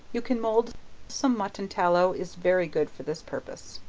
you can mould some mutton tallow is very good for this purpose.